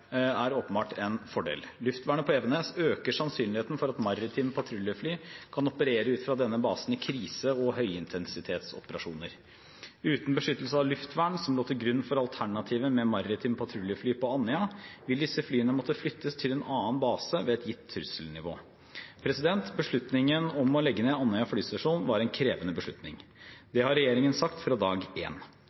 fordel. Luftvernet på Evenes øker sannsynligheten for at maritime patruljefly kan operere ut fra denne basen i krise- og høyintensitetsoperasjoner. Uten beskyttelse av luftvern, som lå til grunn for alternativet med maritime patruljefly på Andøya, vil disse flyene måtte flyttes til en annen base ved et gitt trusselnivå. Beslutningen om å legge ned Andøya flystasjon var en krevende beslutning. Det har regjeringen sagt fra dag én. Samtidig har vi gjort en